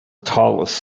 tallest